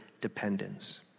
dependence